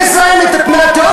מזהמת את מי התהום,